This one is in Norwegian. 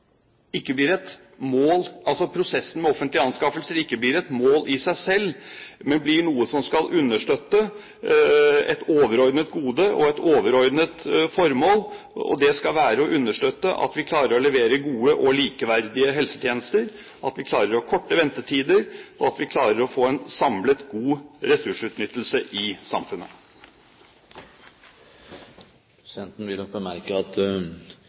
prosessen med offentlige anskaffelser ikke blir et mål i seg selv, men blir noe som skal understøtte et overordnet gode og et overordnet formål. Det skal være å understøtte at vi klarer å levere gode og likeverdige helsetjenester, at vi klarer å ha korte ventetider, og at vi klarer å få en samlet god ressursutnyttelse i samfunnet. Presidenten vil nok bemerke at